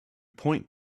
point